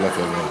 כל הכבוד.